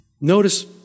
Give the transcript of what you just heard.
Notice